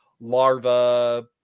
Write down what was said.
larva